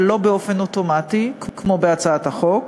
ולא באופן אוטומטי כמו בהצעת החוק,